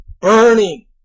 burning